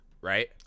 Right